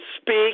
speak